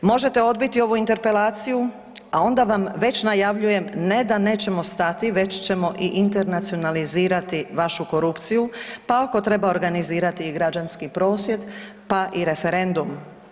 Možete odbiti ovu interpelaciju, a onda vam već najavljujem ne da nećemo stati, već ćemo i internacionalizirati vašu korupciju, pa ako treba organizirati i građanski prosvjed, pa i referendum.